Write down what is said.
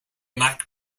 mack